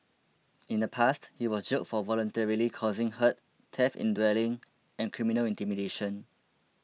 in the past he was jailed for voluntarily causing hurt theft in dwelling and criminal intimidation